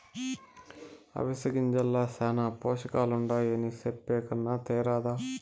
అవిసె గింజల్ల శానా పోసకాలుండాయని చెప్పే కన్నా తేరాదా